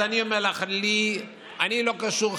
אז אני אומר לך שאני לא קשור.